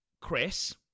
Chris